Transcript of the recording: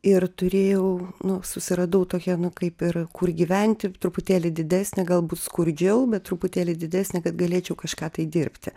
ir turėjau nu susiradau tokią nu kaip ir kur gyventi truputėlį didesnę galbūt skurdžiau bet truputėlį didesnę kad galėčiau kažką tai dirbti